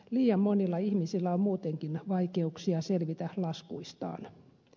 liian monilla ihmisillä on muutenkin vaikeuksia selvitä laskuistaan